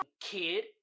kid